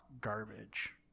garbage